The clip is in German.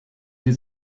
sie